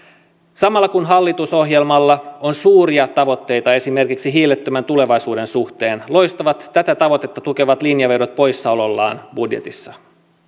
samalla kun hallitusohjelmalla on suuria tavoitteita esimerkiksi hiilettömän tulevaisuuden suhteen loistavat tätä tavoitetta tukevat linjanvedot poissaolollaan budjetissa